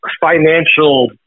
financial